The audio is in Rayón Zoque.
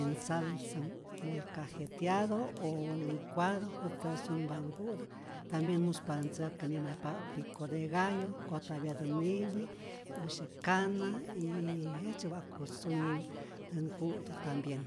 en salsa molcajeteado o licuado, jutzä sunpa nku'tä, tambien muspatä ntzäkä nyäjmayajpapä pico de gallo, nkojtapyatä niwi, usyäk kana, yyy jejtzye wa'ku sunyi nku'tu tambien.